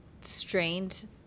strained